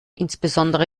insbesondere